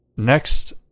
next